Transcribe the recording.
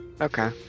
Okay